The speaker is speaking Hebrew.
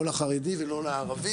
לא לחרדי ולא לערבי.